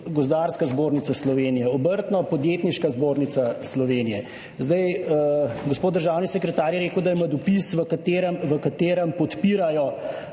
Kmetijsko-gozdarska zbornica Slovenije, Obrtno-podjetniška zbornica Slovenije. Zdaj gospod državni sekretar je rekel, da ima dopis, v katerem,